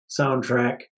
soundtrack